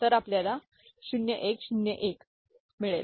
तर आपल्याला ०१०१ मिळेल